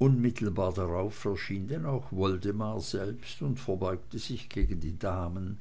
unmittelbar darauf erschien denn auch woldemar selbst und verbeugte sich gegen die damen